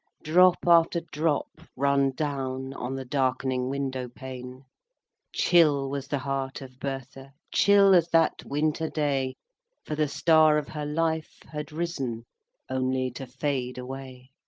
drop after drop, run down on the darkening window-pane chill was the heart of bertha, chill as that winter day for the star of her life had risen only to fade away.